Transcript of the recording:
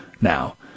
now